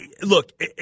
look